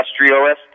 industrialist